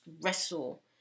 wrestle